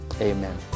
Amen